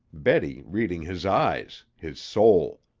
betty reading his eyes, his soul.